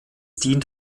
dient